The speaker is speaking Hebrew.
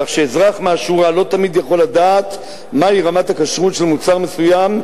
כך שאזרח מהשורה לא תמיד יכול לדעת מהי רמת הכשרות של מוצר מסוים.